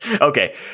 Okay